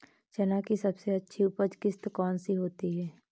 चना की सबसे अच्छी उपज किश्त कौन सी होती है?